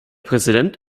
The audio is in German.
präsident